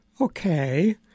Okay